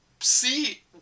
see